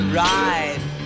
ride